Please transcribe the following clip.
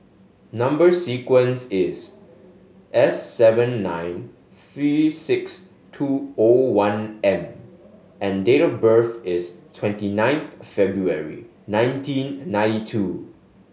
number sequence is S seven nine three six two O one M and date of birth is twenty ninth February nineteen ninety two